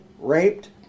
raped